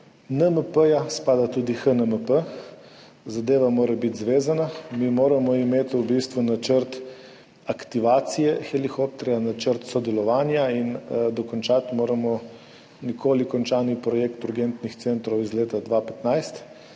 NMP spada tudi HNMP. Zadeva mora biti zvezana, mi moramo imeti v bistvu načrt aktivacije helikopterja, načrt sodelovanja in dokončati moramo nikoli končani projekt urgentnih centrov iz leta 2015.